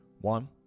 One